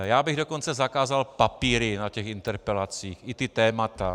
Já bych dokonce zakázal papíry na těch interpelacích, i ta témata.